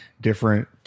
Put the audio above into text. different